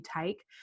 take